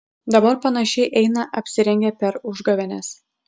dabar panašiai eina apsirengę per užgavėnes